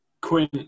Quinn